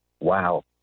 Wow